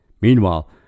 Meanwhile